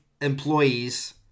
employees